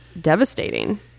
devastating